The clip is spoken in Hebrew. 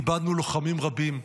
איבדנו לוחמים רבים,